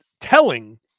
telling